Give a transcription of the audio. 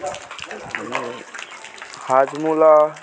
Hajmola